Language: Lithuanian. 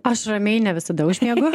aš ramiai ne visada užmiegu